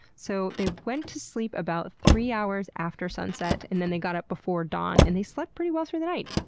so, they went to sleep about three hours after sunset, and then they got up before dawn. and they slept pretty well through the night.